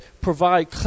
provide